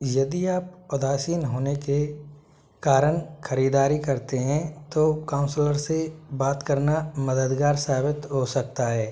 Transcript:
यदि आप उदासीन होने के कारण खरीदारी करते हैं तो काउंसलर से बात करना मददगार साबित हो सकता है